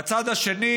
בצד השני